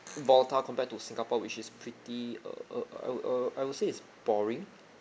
volatile compared to singapore which is pretty uh uh I would uh I would say it's boring